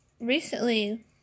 recently